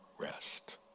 rest